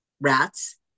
rats